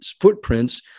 footprints